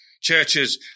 Churches